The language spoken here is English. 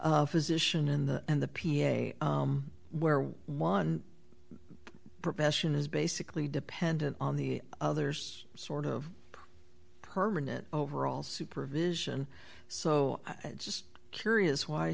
physician in the and the p s a where one profession is basically dependent on the others sort of permanent overall supervision so just curious why